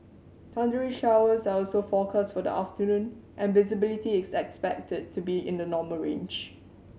thundery showers are also forecast for the afternoon and visibility is expected to be in the normal range